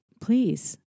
Please